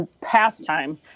pastime